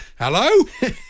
Hello